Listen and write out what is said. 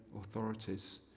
authorities